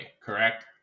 correct